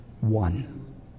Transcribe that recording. one